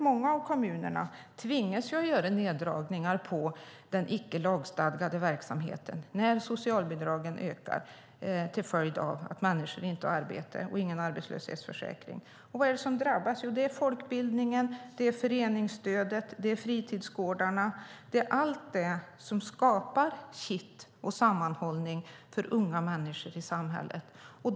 Många kommuner tvingas göra neddragningar i den icke lagstadgade verksamheten när socialbidragen ökar till följd av att människor inte har arbete och arbetslöshetsförsäkring. Vad är det som drabbas? Jo, det är folkbildningen, föreningsstödet och fritidsgårdarna - allt det som skapar kitt och sammanhållning för unga människor i samhället.